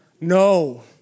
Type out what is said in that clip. No